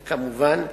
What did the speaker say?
וכמובן,